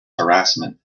harassment